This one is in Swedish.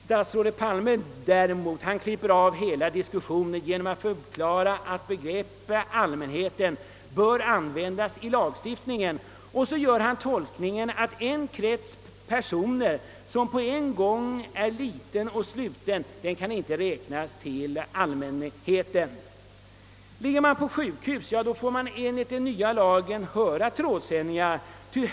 Statsrådet Palme däremot klipper av hela diskussionen genom att förklara att begreppet allmänheten bör användas i lagstiftningen, och han gör tolkningen att en krets personer som på en gång är liten och sluten inte kan räknas till allmänheten. Ligger man på sjukhus, får man enligt den nya lagen höra trådsändningar.